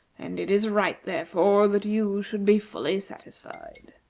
and it is right, therefore, that you should be fully satisfied.